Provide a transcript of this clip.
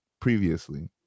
previously